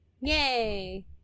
Yay